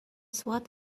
swat